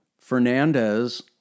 Fernandez